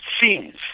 scenes